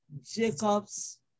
Jacob's